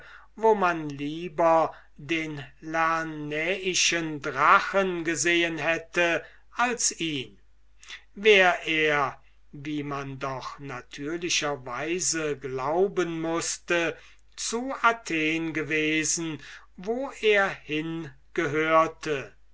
wo man lieber einen wolf gesehen hätte als ihn wär er wie man doch natürlicher weise glauben mußte zu athen gewesen wo er